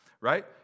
right